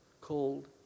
called